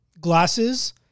Glasses